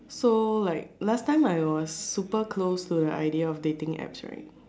so like last time I was super closed to the idea of dating apps right